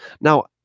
Now